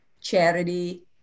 charity